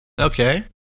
Okay